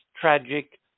tragic